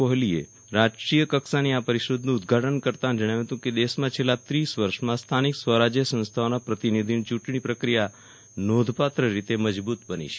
કોહલીએ રાષટ્રીય કક્ષાની આ પરિષદનું ઉદઘાટન કરતાં જજ્ઞાવ્યું હતું કે દેશમાં છેલ્લાં ત્રીસ વર્ષમાં સ્થાનિક સ્વરાજ સંસ્થાઓના પ્રતિનિધિઓની ચૂંટણી પ્રક્રિયા નોંધપાત્ર રીતે મજબૂત બની છે